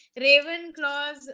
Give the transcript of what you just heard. Ravenclaws